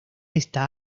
esta